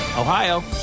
Ohio